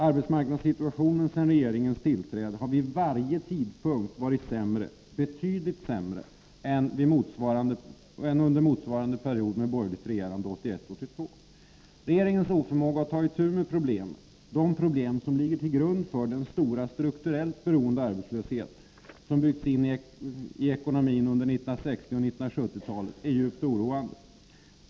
Arbetsmarknadssituationen sedan regeringen tillträdde har vid varje tidpunkt varit betydligt sämre än under motsvarande period med borgerligt regerande 1981/82. Regeringens oförmåga att ta itu med de problem som ligger till grund för den stora strukturella arbetslöshet som byggts in i ekonomin under 1960 och 1970-talen är djupt oroande.